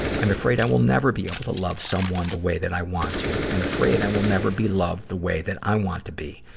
i'm afraid i will never be able to love someone the way that i want to and afraid i will never be loved the way that i want to be.